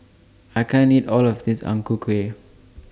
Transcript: I can't eat All of This Ang Ku Kueh